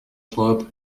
club